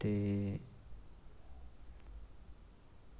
ते